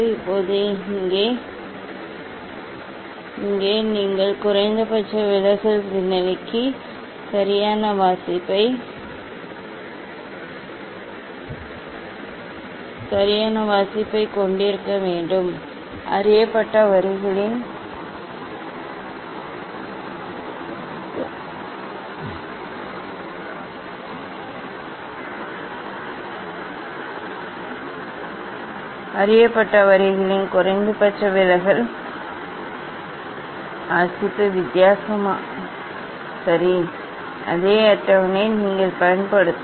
இப்போது இங்கே நீங்கள் குறைந்தபட்ச விலகல் நிலைக்கு சரியான வாசிப்பைக் கொண்டிருக்க வேண்டும் அறியப்பட்ட வரிகளின் குறைந்தபட்ச விலகல் நிலைக்கு வாசிப்பு வித்தியாசம் சரி அதே அட்டவணை நீங்கள் பயன்படுத்தும்